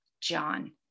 John